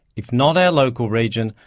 if not our local region,